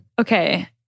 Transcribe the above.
Okay